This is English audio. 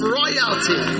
royalty